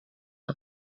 ens